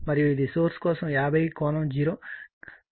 మరియు ఇది సోర్స్ 50 కోణం 0 వోల్ట్